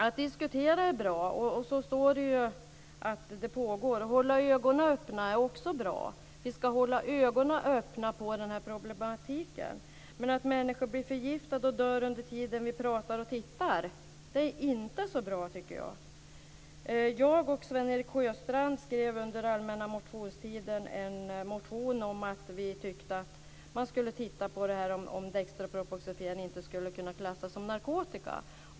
Att diskutera är i alla fall bra, och det står att detta pågår. Att hålla ögonen öppna är också bra. Vi ska hålla ögonen öppna för den här problematiken. Men att människor blir förgiftade och dör under tiden som vi pratar och tittar är inte så bra, tycker jag. Jag och Sven-Erik Sjöstrand skrev under allmänna motionstiden en motion om att vi tyckte att man skulle titta på det här om dextropropoxifen inte skulle kunna klassas som narkotika.